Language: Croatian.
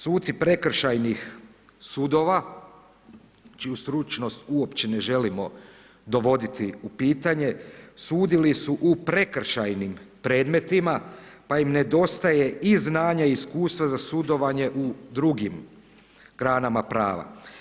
Suci prekršajnih sudova čiju stručnost uopće ne želimo dovoditi u pitanje, sudili su u prekršajnim predmetima, pa im nedostaje i znanja i iskustva za sudovanje u drugim granama prava.